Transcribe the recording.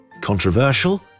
Controversial